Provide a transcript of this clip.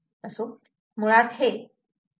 असो मुळात हे 3